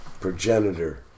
progenitor